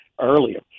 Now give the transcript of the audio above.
earlier